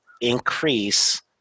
increase